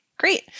Great